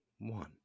one